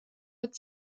mit